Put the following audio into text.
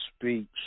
speech